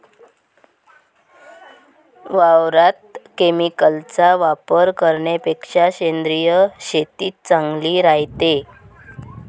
वावरात केमिकलचा वापर करन्यापेक्षा सेंद्रिय शेतीच चांगली रायते